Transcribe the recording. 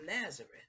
Nazareth